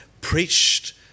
preached